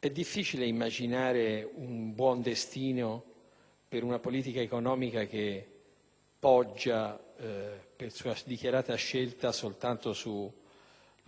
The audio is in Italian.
È difficile immaginare un buon destino per una politica economica che poggia, per sua dichiarata scelta, soltanto sullo